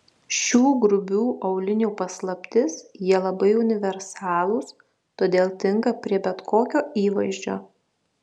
šių grubių aulinių paslaptis jie labai universalūs todėl tinka prie bet kokio įvaizdžio